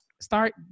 start